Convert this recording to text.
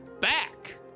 back